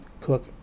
Cook